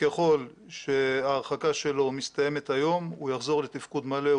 וככל שההרחקה שלו מסתיימת היום הוא יחזור לתפקוד מלא.